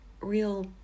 real